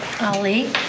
Ali